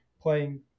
playing